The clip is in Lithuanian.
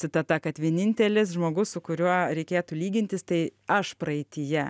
citata kad vienintelis žmogus su kuriuo reikėtų lygintis tai aš praeityje